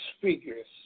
figures